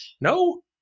No